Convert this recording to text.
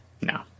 No